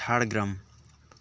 Jhargram